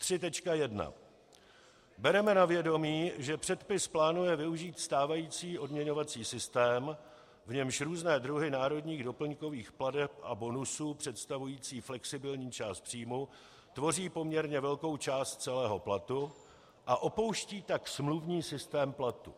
3.1. Bereme na vědomí, že předpis plánuje využít stávající odměňovací systém, v němž různé druhy národních doplňkových plateb a bonusů, představující flexibilní část příjmu, tvoří poměrně velkou část celého platu, a opouští tak smluvní systém platů.